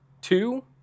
two